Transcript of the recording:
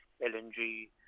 LNG